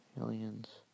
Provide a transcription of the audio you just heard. aliens